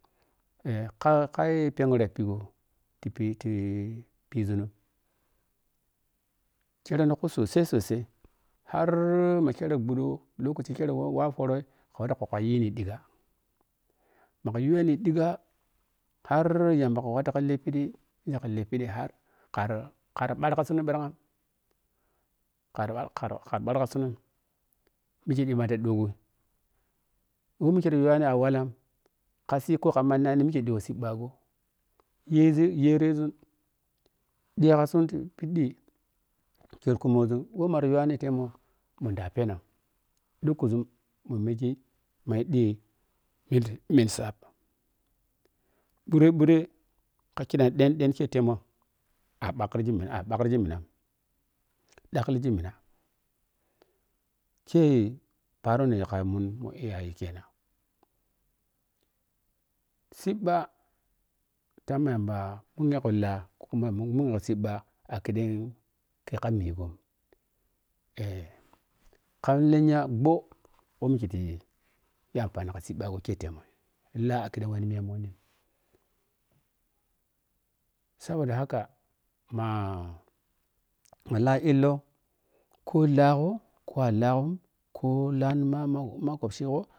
Eh ka kai phengri yak u ghoti phi ti phizun kere tik u sosai sosai har ma kere ɓhudo lokaci kere wa pooro ka wa watu ka yi ni ɗigga ma ka yuweni ɗigga har yamba ka watu ka lepidɗi kere ka lephiɗi har kari ɓhar kasun kar kar kari ɓhar ka sun mikeɗi maka ɗogho wemike ɗa yuwani a walla ka sii koh ka manani mike ɗi yo siiva go yesun yeresun di kadun ti phi di ker kumozun wo mmara yuwani ke temun munda penog dhukuzum mumike mayi dhimi mensaap phure phure ka ki dam den den ketemon ɓukrigi mina ɓhari nina dhakhilligi mina kei paaro na yi kai mun mun iyaye kenan siiba tama yamba munghe go laa ko kuma munghego siiɓa a keden ke kamigho eh ka tenya gho womiketi yi ampani ka siiɓa go ketemo laa a keden we ni miya monni sabod haka mama laa illo ko ka gho ko a laa go ko laani mama makopshigo.